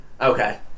Okay